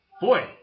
boy